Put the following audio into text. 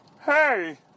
Hey